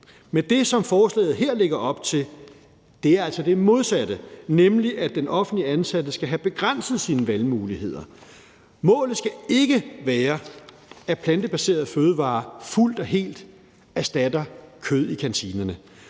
Men det, som forslaget her lægger op til, er altså det modsatte, nemlig at den offentligt ansatte skal have begrænset sine valgmuligheder. Målet skal ikke være, at plantebaserede fødevarer fuldt og helt erstatter kødet i kantinerne,